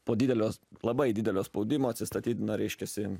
po didelio labai didelio spaudimo atsistatydina reiškiasi